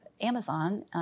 Amazon